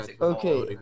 Okay